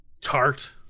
tart